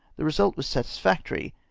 the result was satisfactory,